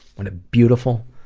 what a beautiful,